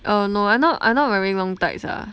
oh no I not I not wearing long tights ah